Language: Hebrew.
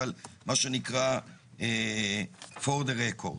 אבל מה שנקרא For the record.